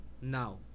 now